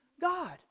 God